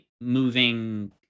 moving